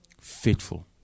faithful